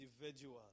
individual